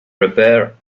repair